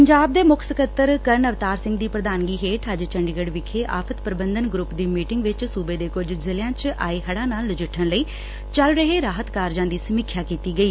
ਪੰਜਾਬ ਦੇ ਮੁੱਖ ਸਕੱਤਰ ਕਰਨ ਅਵਤਾਰ ਸਿੰਘ ਦੀ ਪ੍ਰਧਾਨਗੀ ਹੇਠ ਅੱਜ ਚੰਡੀਗੜ ਵਿਖੇ ਆਫਤ ਪ੍ਰਬੰਧਨ ਗਰੁੱਪ ਦੀ ਮੀਟਿੰਗ ਵਿੱਚ ਅੱਜ ਸੁਬੇ ਦੇ ਕੁੱਝ ਜ਼ਿਲ਼ਿਆਂ ਵਿੱਚ ਆਏ ਹਤਾਂ ਨਾਲ ਨਜਿੱਠਣ ਲਈ ਚੱਲ ਰਹੇ ਰਾਹਤ ਕਾਰਜਾਂ ਦੀ ਸਮੀਖਿਆ ਕੀਤੀ ਗਈ